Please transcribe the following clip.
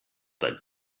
that